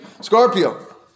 Scorpio